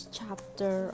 chapter